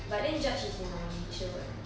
but then judge is in our nature [what]